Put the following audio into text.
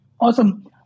Awesome